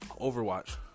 Overwatch